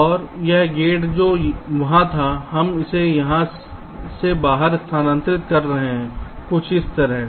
और यह गेट जो वहां था हम इसे यहां से बाहर स्थानांतरित कर रहे हैं कुछ इस तरह